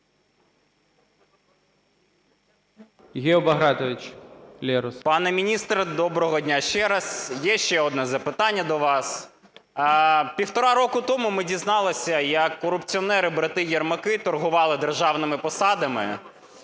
Гео Багратович Лерос.